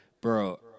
bro